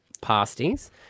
pasties